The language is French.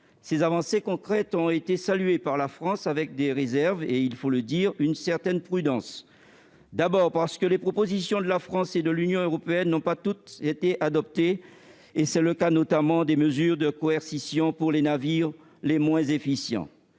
Ces avancées concrètes ont été saluées par la France, avec des réserves et une certaine prudence, d'abord parce que les propositions de la France et de l'Union européenne n'ont pas toutes été adoptées- c'est le cas, notamment, des mesures de coercition pour les navires les moins efficients